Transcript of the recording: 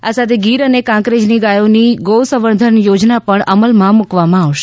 આ સાથે ગીર અને કાંકરેજની ગાયોની ગૌસંવર્ધન યોજના પણ અમલમાં મૂકવામાં આવશે